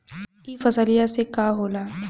ई फसलिया से का होला?